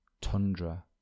tundra